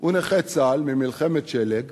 הוא נכה צה"ל ממלחמת של"ג